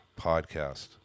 podcast